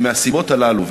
מהסיבות הללו,